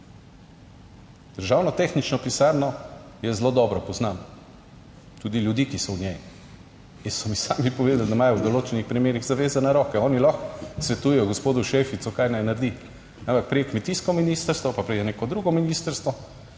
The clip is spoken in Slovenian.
Državno tehnično pisarno jaz zelo dobro poznam, tudi ljudi, ki so v njej in so mi sami povedali, da imajo v določenih primerih zavezane roke. Oni lahko svetujejo gospodu Šeficu, kaj naj naredi, ampak pride kmetijsko ministrstvo, pa pride neko drugo ministrstvo